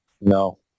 No